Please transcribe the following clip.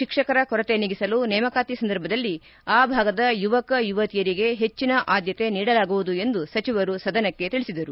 ಶಿಕ್ಷಕರ ಕೊರತೆ ನೀಗಿಸಲು ನೇಮಕಾತಿ ಸಂದರ್ಭದಲ್ಲಿ ಆ ಭಾಗದ ಯುವಕ ಯುವತಿಯರಿಗೆ ಹೆಚ್ಚನ ಆದ್ದತೆ ನೀಡಲಾಗುವುದು ಎಂದು ಸಚಿವರು ಸದನಕ್ಕೆ ತಿಳಿಸಿದರು